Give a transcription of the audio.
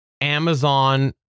Amazon